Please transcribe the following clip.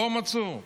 לא מצאו.